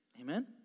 Amen